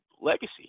legacy